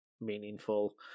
meaningful